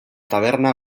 taberna